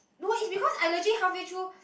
no is because allergy half way through